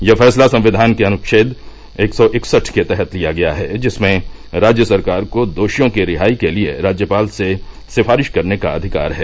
यह फैसला संक्विान के अनुछेद एक सौ इकसठ के तहत लिया है जिसमें राज्य सरकार को दोषियों की रिहाई के लिए राज्यपाल से सिफारिश करने का अधिकार है